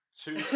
Two